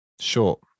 Short